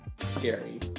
scary